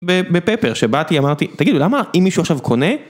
בפפר, שבאתי אמרתי תגידו למה... אם מישהו עכשיו קונה